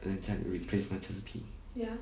then 这样 replace 那层皮